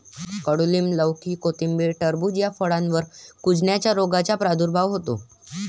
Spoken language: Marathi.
कडूलिंब, लौकी, कोथिंबीर, टरबूज या फळांवर कुजण्याच्या रोगाचा प्रादुर्भाव होतो